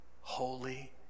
holy